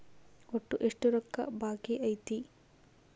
ಒಟ್ಟು ಎಷ್ಟು ರೊಕ್ಕ ಬಾಕಿ ಐತಿ?